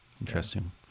interesting